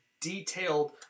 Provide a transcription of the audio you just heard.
detailed